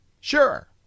Sure